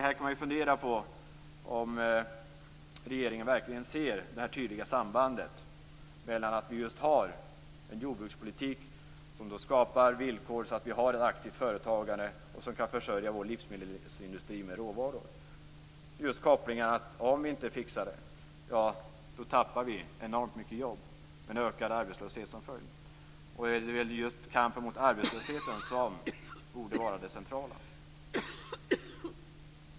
Här kan man fundera på om regeringen verkligen ser det här tydliga sambandet mellan att vi just har en jordbrukspolitik som skapar villkor som gör att vi har en aktiv företagare som kan försörja vår livsmedelsindustri med råvaror. Det finns en koppling här: Om vi inte fixar det, ja, då tappar vi enormt många jobb med en ökad arbetslöshet som följd, och det är ju just kampen mot arbetslösheten som borde vara det centrala.